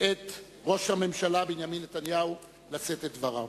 את ראש הממשלה, מר בנימין נתניהו, לשאת את דבריו.